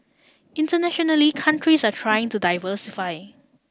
internationally countries are trying to diversify